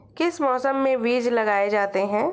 किस मौसम में बीज लगाए जाते हैं?